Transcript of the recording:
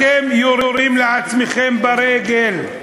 אתם יורים לעצמכם ברגל.